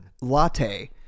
latte